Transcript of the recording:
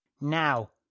Now